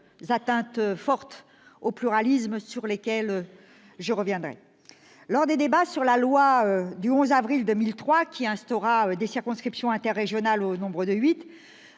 atteintes fortes au pluralisme- j'y reviendrai. Lors des débats sur la loi du 11 avril 2003, qui instaura des circonscriptions interrégionales au nombre de